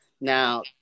Now